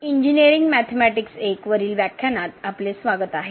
engineering mathematics I वरील व्याख्यानात स्वागत आहे